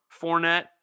Fournette